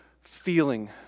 feeling